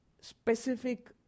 specific